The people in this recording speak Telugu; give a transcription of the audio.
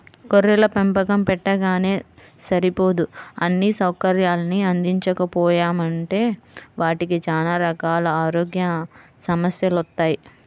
గొర్రెల పెంపకం పెట్టగానే సరిపోదు అన్నీ సౌకర్యాల్ని అందించకపోయామంటే వాటికి చానా రకాల ఆరోగ్య సమస్యెలొత్తయ్